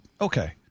okay